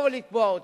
לבוא ולתבוע אותן.